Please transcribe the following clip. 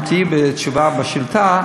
אם היית בעת התשובה על השאילתה,